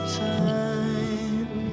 time